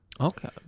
Okay